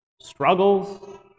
struggles